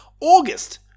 August